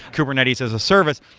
kubernetes as a service,